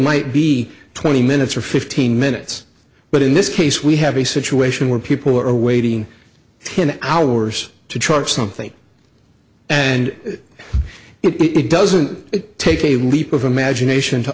might be twenty minutes or fifteen minutes but in this case we have a situation where people are waiting ten hours to charge something and it doesn't take a leap of imagination to